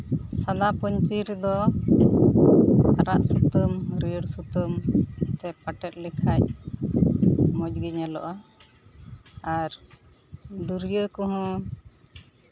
ᱥᱟᱫᱟ ᱯᱟᱹᱧᱪᱤ ᱨᱮᱫᱚ ᱟᱨᱟᱜ ᱥᱩᱛᱟᱹᱢ ᱦᱟᱹᱨᱭᱟᱹᱲ ᱥᱩᱛᱟᱹᱢ ᱛᱮ ᱯᱟᱴᱮᱫ ᱞᱮᱠᱷᱟᱱ ᱢᱚᱡᱽᱜᱮ ᱧᱮᱞᱚᱜᱼᱟ ᱟᱨ ᱰᱩᱨᱭᱟᱹ ᱠᱚᱦᱚᱸ